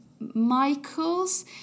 michaels